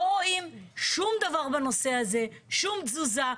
לא רואים שום דבר בנושא הזה, שום תזוזה.